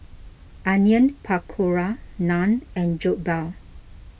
Onion Pakora Naan and Jokbal